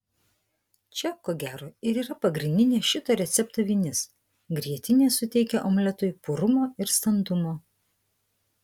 čia ko gero ir yra pagrindinė šito recepto vinis grietinė suteikia omletui purumo ir standumo